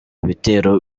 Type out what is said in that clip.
bitero